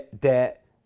debt